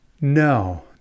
No